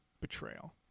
betrayal